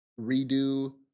redo